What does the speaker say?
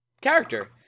character